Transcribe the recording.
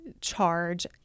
charge